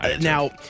now